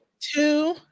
Two